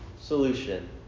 solution